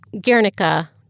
Guernica